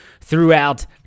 throughout